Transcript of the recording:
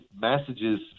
messages